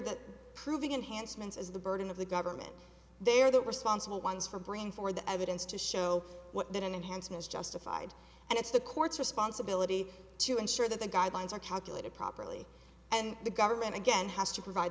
that proving enhanced means as the burden of the government there that responsible ones for brain for the evidence to show what that an enhancement justified and it's the court's responsibility to ensure that the guidelines are calculated properly and the government again has to provide